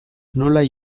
nola